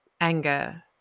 anger